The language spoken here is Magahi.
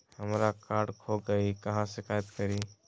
हमरा कार्ड खो गई है, कहाँ शिकायत करी?